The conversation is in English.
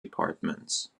departments